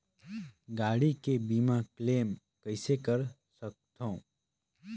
गाड़ी के बीमा क्लेम कइसे कर सकथव?